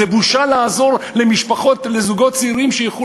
זה בושה לעזור לזוגות צעירים שילכו